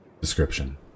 description